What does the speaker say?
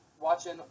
watching